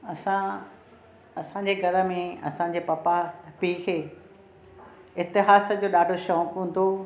असां असांजे घर में असांजे पपा पीउ खे इतिहास जो ॾाढो शौक़ु हूंदो हुओ